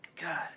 God